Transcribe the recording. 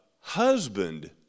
husband